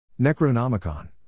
Necronomicon